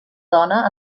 dóna